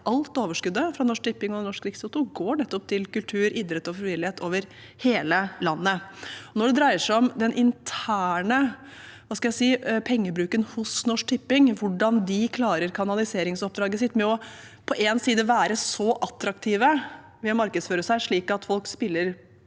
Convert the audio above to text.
alt overskuddet fra Norsk Tipping og Norsk Rikstoto går nettopp til kultur, idrett og frivillighet over hele landet. Når det dreier seg om den interne pengebruken hos Norsk Tipping, hvordan de klarer kanaliseringsoppdraget sitt med å være så attraktive med å markedsføre seg slik at folk spiller